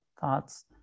Thoughts